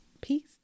Peace